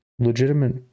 Legitimate